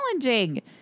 challenging